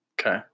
Okay